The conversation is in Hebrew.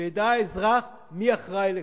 וידע האזרח מי אחראי לכך: